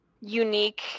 unique